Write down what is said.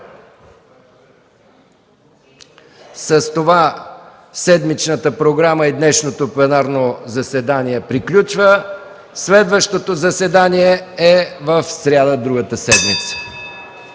С това седмичната програма и днешното пленарно заседание приключват. Следващото заседание е в сряда, другата седмица.